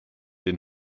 den